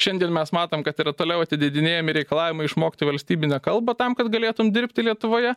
šiandien mes matom kad yra toliau atleidinėjami reikalavimai išmokti valstybinę kalbą tam kad galėtum dirbti lietuvoje